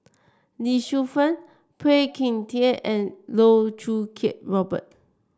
Lee Shu Fen Phua Thin Kiay and Loh Choo Kiat Robert